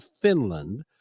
finland